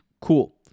Cool